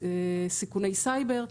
סיכוני סייבר,